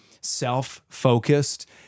self-focused